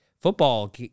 football